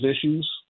issues